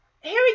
Harry